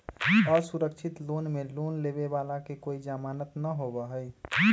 असुरक्षित लोन में लोन लेवे वाला के कोई जमानत न होबा हई